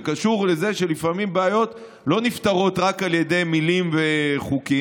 זה קשור לזה שלפעמים בעיות לא נפתרות רק על ידי מילים וחוקים.